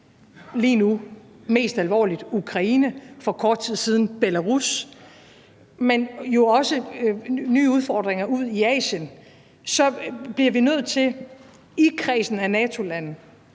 lige nu mest alvorligt Ukraine og for kort tid siden Belarus, men jo også nye udfordringer ud i Asien – bliver nødt til i kredsen af NATO-lande